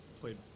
played